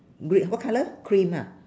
wait what colour cream ha